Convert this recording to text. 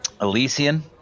Elysian